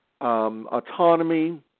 autonomy